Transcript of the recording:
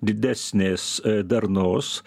didesnės darnos